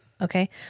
okay